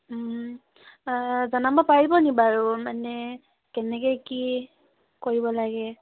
জনাব পাৰিব নেকি বাৰু মানে কেনেকৈ কি কৰিব লাগে